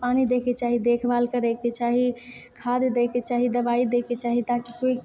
पानी दैके चाही देखभाल करैके चाही खाद्य दैके चाही दबाइ दैके चाही ताकि कोइ